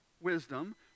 wisdom